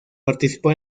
participó